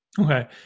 Okay